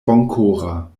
bonkora